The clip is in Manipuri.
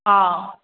ꯑꯥ